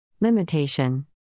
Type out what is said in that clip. Limitation